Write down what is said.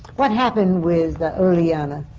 what happened with oleanna?